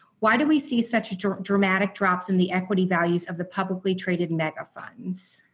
why do we see such dramatic drops in the equity values of the publicly traded mega funds?